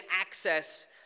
access